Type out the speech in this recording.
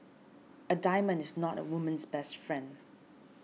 a diamond is not a woman's best friend